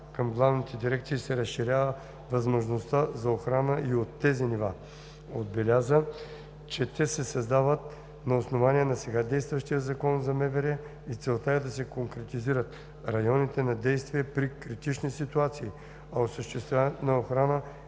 към главните дирекции се разширява възможността за охрана и от тези нива. Отбеляза, че те се създават на основание сега действащия Закон за МВР и целта е да се конкретизират районите на действие при критични ситуации, а осъществяването на охрана